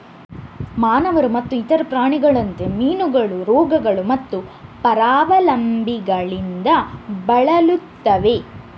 ಮಾನವರು ಮತ್ತು ಇತರ ಪ್ರಾಣಿಗಳಂತೆ, ಮೀನುಗಳು ರೋಗಗಳು ಮತ್ತು ಪರಾವಲಂಬಿಗಳಿಂದ ಬಳಲುತ್ತವೆ